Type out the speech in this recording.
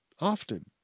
Often